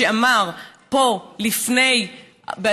שאמר פה ב-1949,